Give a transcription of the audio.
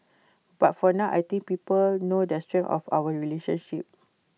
but for now I think people know the strength of our relationship